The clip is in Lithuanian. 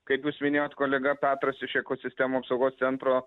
kaip jūs minėjot kolega petras iš ekosistemų apsaugos centro